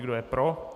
Kdo je pro?